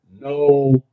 no